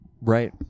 Right